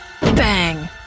Bang